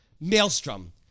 Maelstrom